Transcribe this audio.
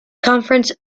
conference